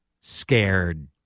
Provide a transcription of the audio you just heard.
scared